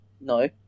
No